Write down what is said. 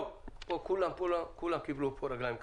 טוב, כולם קיבלו פה רגליים קרות.